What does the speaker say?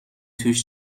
توش